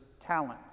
talents